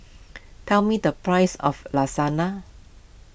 tell me the price of Lasagna